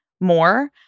more